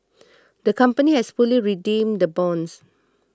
the company has fully redeemed the bonds